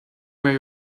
where